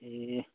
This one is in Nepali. ए